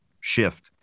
shift